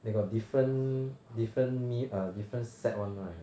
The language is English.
they got different different meal err different set [one] right